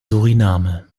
suriname